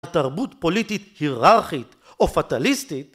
התרבות פוליטית היררכית או פטליסטית